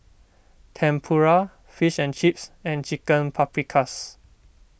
Tempura Fish and Chips and Chicken Paprikas